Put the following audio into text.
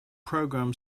program